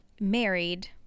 married